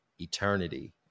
eternity